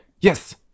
yes